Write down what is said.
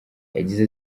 yagize